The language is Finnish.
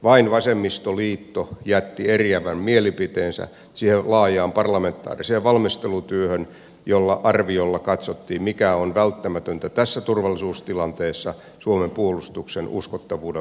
vain vasemmistoliitto jätti eriävän mielipiteensä siihen laajaan parlamentaariseen valmistelutyöhön jolla arviolla katsottiin mikä on välttämätöntä tässä turvallisuustilanteessa suomen puolustuksen uskottavuuden lunastamiseksi